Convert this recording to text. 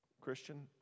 Christian